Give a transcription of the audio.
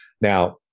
Now